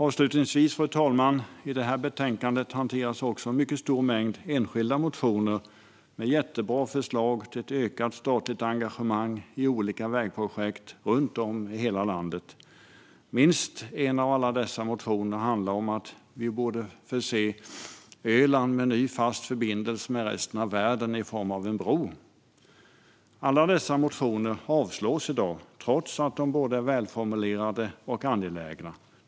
Avslutningsvis, fru talman, hanteras i detta betänkande också ett mycket stort antal enskilda motioner med jättebra förslag till ett ökat statligt engagemang i olika vägprojekt runt om i hela landet. Minst en av alla dessa motioner handlar om att vi borde förse Öland med en ny fast förbindelse med resten av världen i form av en bro. Alla dessa motioner avslås i dag, trots att de är både välformulerade och angelägna.